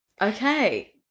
Okay